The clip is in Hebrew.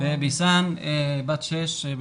וביסאן בת שש,